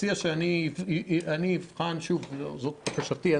אבחן שוב זו בקשתי,